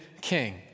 king